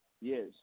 yes